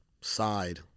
side